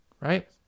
right